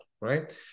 right